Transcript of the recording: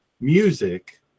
music –